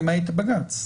למעט הבג"ץ.